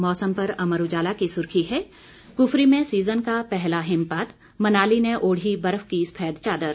मौसम पर अमर उजाला की सुर्खी है क्फरी में सीजन का पहला हिमपात मनाली ने ओढ़ी बर्फ की सफेद चादर